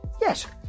Yes